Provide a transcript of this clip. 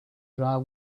driver